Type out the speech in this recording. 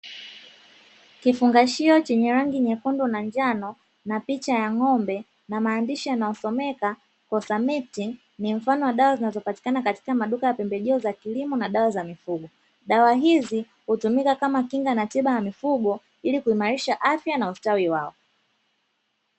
Kifungashio chenye rangi nyekundu na njano, na picha ya ng’ombe na maandishi yanayosomeka "kosamiti", ni mfano wa dawa zinazopatikana katika maduka ya pembejeo za kilimo na dawa za mifugo, dawa hizi hutumika kama kinga na dawa za mifugo ili kuimarisha afya na ustawi wao.